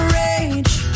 rage